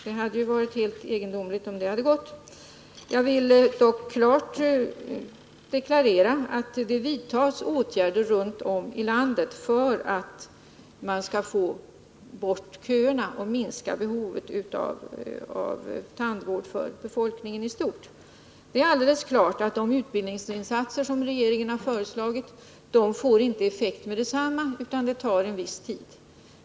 Det hade varit egendomligt om det gått, men jag vill klart deklarera att det vidtas åtgärder runt om i landet för att få bort köerna och minska behovet av tandvård för befolkningen i stort. Det är alldeles klart att de utbildningsinsatser regeringen föreslagit inte får effekt med detsamma, utan det tar en viss tid.